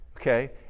okay